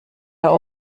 der